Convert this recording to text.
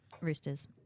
Roosters